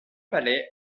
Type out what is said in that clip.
palais